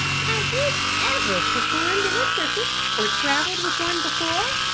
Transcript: have you ever performed in a circus or traveled with one before?